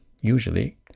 usually